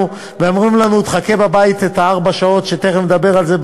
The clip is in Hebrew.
ואומרים לנו: חכה בבית ארבע שעות תכף נדבר על זה,